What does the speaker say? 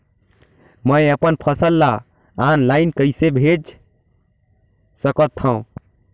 मैं अपन फसल ल ऑनलाइन कइसे बेच सकथव?